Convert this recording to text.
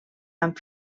amb